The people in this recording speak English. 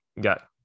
got